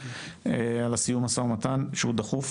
על סיום המשא ומתן שהוא דחוף,